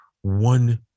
one